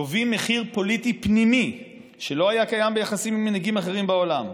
גובים מחיר פוליטי פנימי שלא היה קיים ביחסים עם מנהיגים אחרים בעולם.